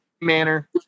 manner